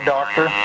Doctor